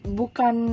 bukan